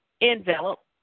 envelope